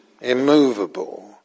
immovable